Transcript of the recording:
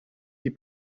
die